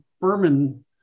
Berman